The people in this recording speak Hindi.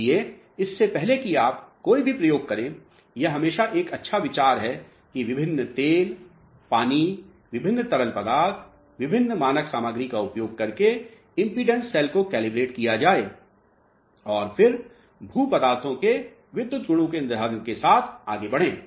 इसलिए इससे पहले कि आप कोई भी प्रयोग करें यह हमेशा एक अच्छा विचार है कि विभिन्न तेल पानी विभिन्न तरल पदार्थ विभिन्न मानक पदार्थ का उपयोग करके इम्पीडेन्स सैल को कैलिब्रेट किया जाए और फिर भू पदार्थो के विद्युत गुणों के निर्धारण के साथ आगे बढ़ें